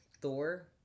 Thor